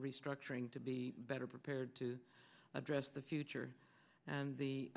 restructuring to be better prepared to address the future and the